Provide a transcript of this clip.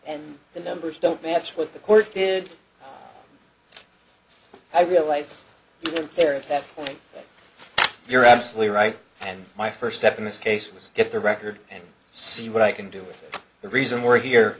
and the numbers don't match what the court did i realize they're at that point you're absolutely right and my first step in this case was get the record and see what i can do with the reason we're here